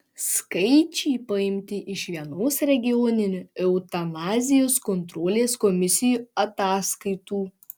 skaičiai paimti iš vienos regioninių eutanazijos kontrolės komisijų ataskaitų